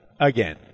Again